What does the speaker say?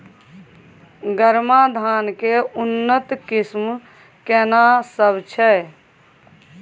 गरमा धान के उन्नत किस्म केना सब छै?